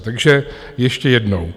Takže ještě jednou.